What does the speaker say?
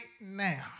now